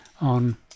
on